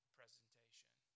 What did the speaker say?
presentation